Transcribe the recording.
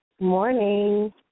Morning